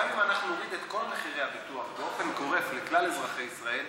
גם אם אנחנו נוריד את כל מחירי הביטוח באופן גורף לכלל אזרחי ישראל,